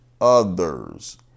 others